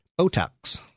Botox